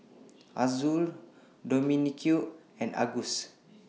Azul Dominique and Angus